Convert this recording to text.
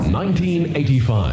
1985